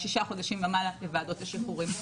שישה חודשים ומעלה לוועדות השחרורים.